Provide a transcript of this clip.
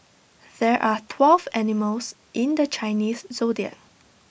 there are twelve animals in the Chinese Zodiac